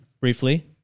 briefly